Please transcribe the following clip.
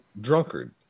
Drunkard